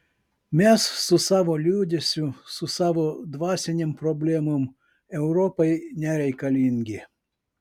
mes su savo liūdesiu su savo dvasinėm problemom europai nereikalingi